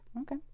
Okay